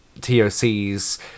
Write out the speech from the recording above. TOC's